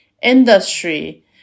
industry